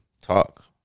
talk